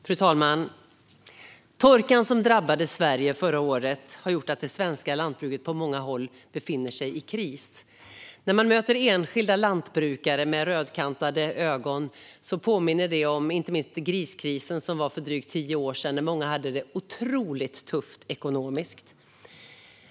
Fru talman! Torkan som drabbade Sverige förra året har gjort att det svenska lantbruket på många håll befinner sig i kris. När man möter enskilda lantbrukare med rödkantade ögon påminner det inte minst om griskrisen för drygt tio år sedan när många hade det otroligt tufft ekonomiskt.